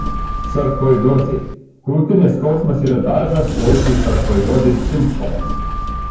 sarkoidozė krūtinės skausmas yra dažnas plaučių sarkoidozės simptomas